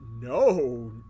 No